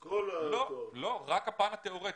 רק הפן התיאורטי.